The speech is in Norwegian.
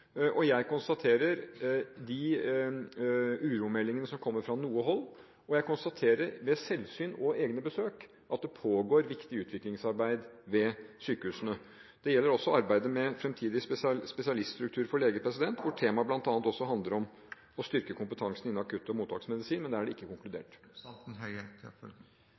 Jeg konstaterer de uromeldingene som kommer fra noe hold, og jeg konstaterer ved selvsyn og egne besøk at det pågår viktig utviklingsarbeid ved sykehusene. Det gjelder også arbeidet med framtidig spesialiststruktur for leger, hvor tema bl.a. også handler om å styrke kompetansen innen akutt- og mottaksmedisin, men der er det ikke konkludert.